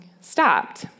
stopped